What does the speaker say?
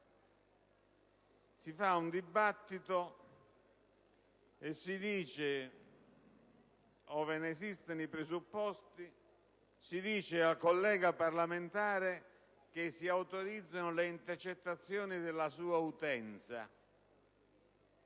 si fa un dibattito e, ove ne esistano i presupposti, si dice al collega parlamentare che si autorizzano le intercettazioni della sua utenza.